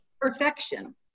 perfection